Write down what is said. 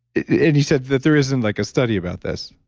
if you said that there isn't like a study about this.